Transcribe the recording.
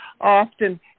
Often